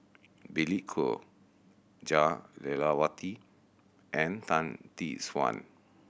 Billy Koh Jah Lelawati and Tan Tee Suan